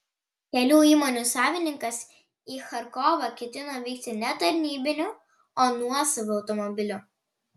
kelių įmonių savininkas į charkovą ketino vykti ne tarnybiniu o nuosavu automobiliu